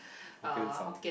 Hokkien found